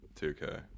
2K